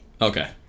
okay